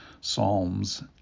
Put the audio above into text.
psalms